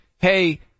hey